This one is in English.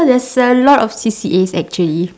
there's a lot of C_C_As actually